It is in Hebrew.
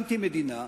אנטי-מדינה,